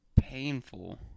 painful